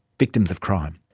victims of crime.